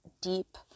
deep